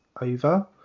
over